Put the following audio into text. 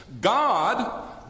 God